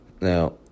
Now